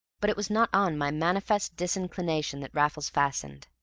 but it was not on my manifest disinclination that raffles fastened.